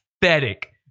pathetic